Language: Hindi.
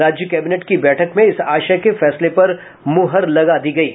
राज्य कैबिनेट की बैठक में इस आशय के फैसले पर मुहर लगा दी गयी